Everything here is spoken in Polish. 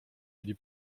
mieli